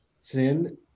sin